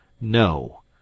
no